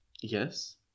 Yes